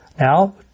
Now